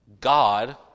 God